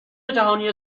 جهانی